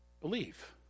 Believe